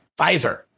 Pfizer